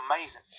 amazing